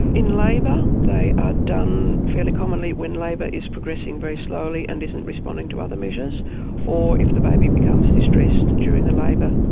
in labour they are done fairly commonly when labour is progressing very slowly and isn't responding to other measures or if the baby becomes distressed during the labour.